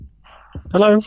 Hello